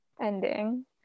ending